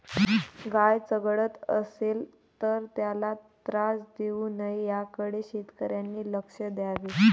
गाय चघळत असेल तर त्याला त्रास देऊ नये याकडे शेतकऱ्यांनी लक्ष द्यावे